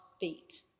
beat